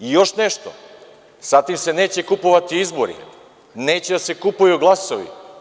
Još nešto, sa tim se neće kupovati izbori, neće da se kupuju glasovi.